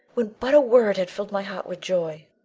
when but a word had filled my heart with joy?